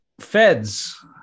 feds